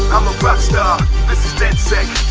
i'm a rockstar this is dedsec,